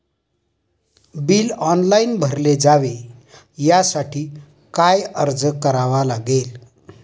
Bill online भरले जावे यासाठी काय अर्ज करावा लागेल?